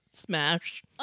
smash